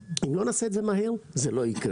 אם לא נעשה את זה מהר, זה לא יקרה.